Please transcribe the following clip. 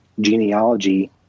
genealogy